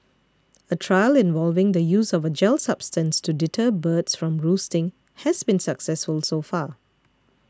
a trial involving the use of a gel substance to deter birds from roosting has been successful so far